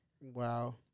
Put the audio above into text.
Wow